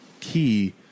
key